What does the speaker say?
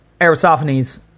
Aristophanes